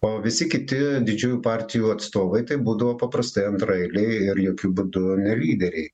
o visi kiti didžiųjų partijų atstovai tai būdavo paprastai antraeiliai ir jokiu būdu ne lyderiai